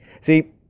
See